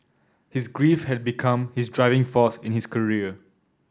his grief had become his driving force in his career